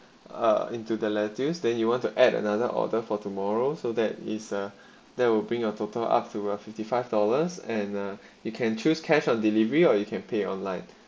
uh into the lettuce then you want to add another order for tomorrow so that is uh that will bring your total up to uh fifty five dollars and uh you can choose cash on delivery or you can pay online